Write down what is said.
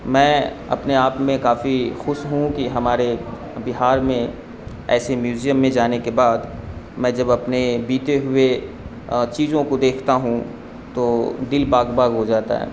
میں اپنے آپ میں کافی خوس ہوں کہ ہمارے بہار میں ایسے میوزیم میں جانے کے بعد میں جب اپنے بیتے ہوئے چیزوں کو دیکھتا ہوں تو دل باغ باغ ہو جاتا ہے